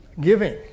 giving